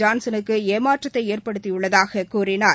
ஜான்சனுக்கு ஏமாற்றத்தை ஏற்படுத்தியுள்ளதாக கூறினார்